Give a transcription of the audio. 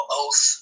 oath